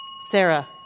Sarah